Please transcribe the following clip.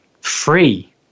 free